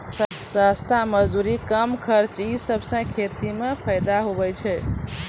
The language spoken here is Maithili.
सस्ता मजदूरी, कम खर्च ई सबसें खेती म फैदा होय छै